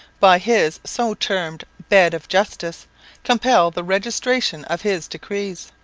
by his so termed bed of justice compel the registration of his decrees.